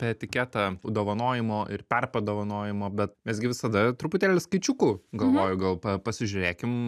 etiketą dovanojimo ir perpadovanojimo bet mes gi visada truputėlį skaičiukų galvoju gal pa pasižiūrėkim